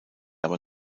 aber